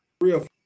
real